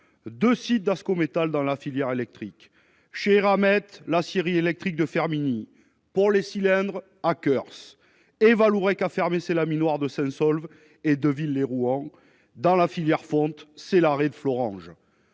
deux sites d'Ascométal dans la filière électrique ; chez Eramet, l'aciérie électrique de Firminy ; pour les cylindres, Akers, et Vallourec a fermé ses laminoirs de Saint-Saulve et de Déville-lès-Rouen ; dans la filière fonte, c'est l'arrêt de Florange.